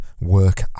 work